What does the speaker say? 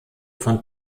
von